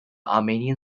armenian